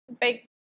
big